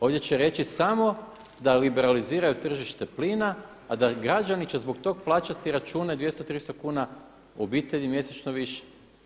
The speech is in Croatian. Ovdje će reći da liberaliziraju tržište plina a da građani će zbog toga plaćati račune 200, 300 kuna u obitelji mjesečno više.